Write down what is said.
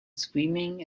screaming